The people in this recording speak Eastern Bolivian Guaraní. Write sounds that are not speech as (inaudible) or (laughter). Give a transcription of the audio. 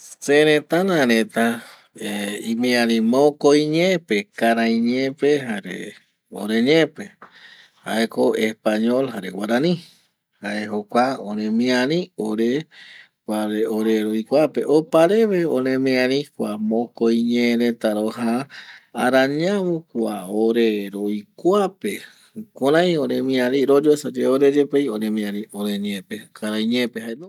﻿Se reta ra reta (hesitation) imiari mokoi ñepe, karaiñepe jare oreñepe jaeko español jare guarani, jae jokua oremïari ore kuape roikoape, opareve oremiari kua mokoi ñe reta röja, arañavo kua ore kua roikoape royoesa yave oreyepeai oremiari oreñepe jare karaiñepe